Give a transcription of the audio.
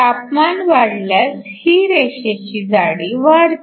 तापमान वाढल्यास ही रेषेची जाडी वाढते